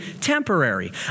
temporary